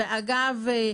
אגב,